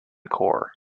core